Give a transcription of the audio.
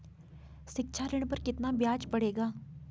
शिक्षा ऋण पर कितना ब्याज पड़ेगा?